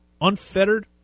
unfettered